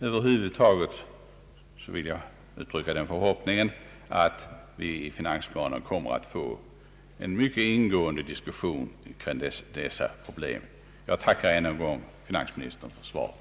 Över huvud taget vill jag sluta med att uttrycka den förhoppningen att vi i samband med finansplanen kommer att få en mera ingående diskussion kring dessa problem. Jag tackar ännu en gång finansministern för svaret.